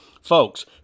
Folks